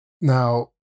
Now